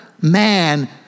man